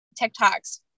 TikToks